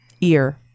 Ear